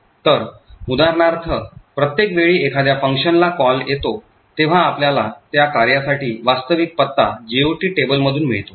तर उदाहरणार्थ प्रत्येक वेळी एखाद्या फंक्शनला कॉल येतो तेव्हा आपल्याला त्या कार्यासाठी वास्तविक पत्ता जीओटी टेबल मधून मिळतो